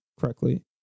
correctly